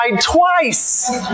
twice